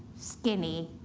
skinny.